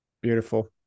Beautiful